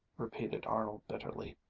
repeated arnold bitterly.